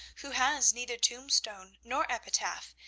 who has neither tombstone nor epitaph,